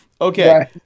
Okay